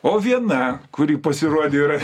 o viena kuri pasirodė yra